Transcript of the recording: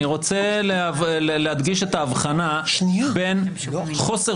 אני רוצה להדגיש את ההבחנה בין חוסר